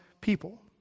people